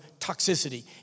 toxicity